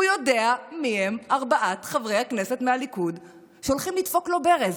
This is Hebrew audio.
הוא יודע מיהם ארבעת חברי הכנסת מהליכוד שהולכים לדפוק לו ברז,